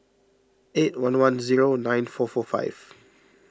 eight one one zero nine four four five